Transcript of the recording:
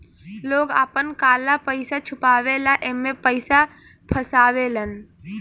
लोग आपन काला पइसा छुपावे ला एमे पइसा फसावेलन